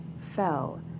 fell